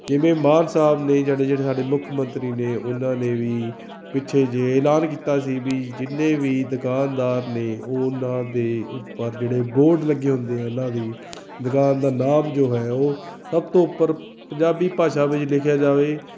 ਜਿਵੇਂ ਮਾਨ ਸਾਹਿਬ ਨੇ ਜਿਹੜੇ ਜਿਹੜੇ ਸਾਡੇ ਮੁੱਖ ਮੰਤਰੀ ਨੇ ਉਹਨਾਂ ਨੇ ਵੀ ਪਿੱਛੇ ਜੇ ਐਲਾਨ ਕੀਤਾ ਸੀ ਵੀ ਜਿੰਨੇ ਵੀ ਦੁਕਾਨਦਾਰ ਨੇ ਉਹਨਾਂ ਦੇ ਉੱਪਰ ਜਿਹੜੇ ਬੋਰਡ ਲੱਗੇ ਹੁੰਦੇ ਆ ਇਹਨਾਂ ਦੀ ਦੁਕਾਨ ਦਾ ਨਾਮ ਜੋ ਹੈ ਉਹ ਸਭ ਤੋਂ ਉੱਪਰ ਪੰਜਾਬੀ ਭਾਸ਼ਾ ਵਿੱਚ ਲਿਖਿਆ ਜਾਵੇ